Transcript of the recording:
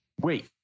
Wait